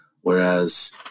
Whereas